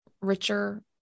richer